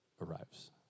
arrives